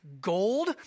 gold